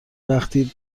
وقتی